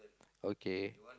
okay